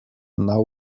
now